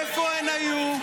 איפה הן היו?